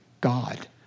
God